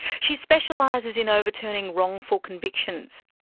she specialises in overturning wrongful convictions.